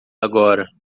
agora